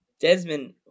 Desmond